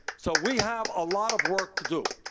so, we have a lot of work to do.